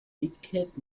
ticket